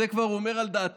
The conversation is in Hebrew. את זה כבר הוא אומר על דעתו,